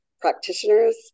practitioners